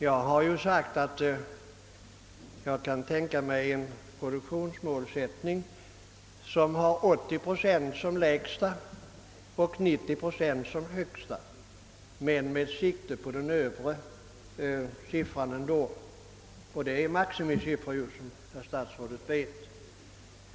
Jag har sagt att jag kan tänka mig en produktion som har 80 procent som lägsta och 90 procent som högsta målsättning, dock med sikte på den högre siffran. Det är maximisiffror, som statsrådet vet.